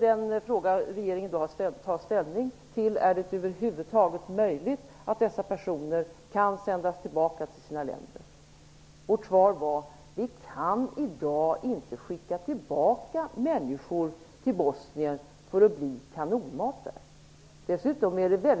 Den fråga regeringen hade att ta ställning till var om det över huvud taget var möjligt att sända tillbaka dessa personer till sina länder. Vårt svar blev: Vi kan i dag inte skicka tillbaka människor till Bosnien för att där bli kanonmat. Dessutom är det rent